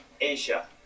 Asia